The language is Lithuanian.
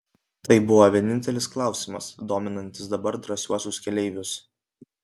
tai buvo vienintelis klausimas dominantis dabar drąsiuosius keleivius